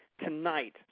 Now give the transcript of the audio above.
Tonight